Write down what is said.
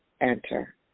enter